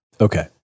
Okay